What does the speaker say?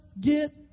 get